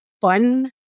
fun